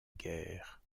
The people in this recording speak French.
guerre